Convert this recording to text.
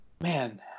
Man